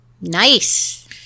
Nice